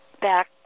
back